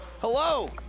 Hello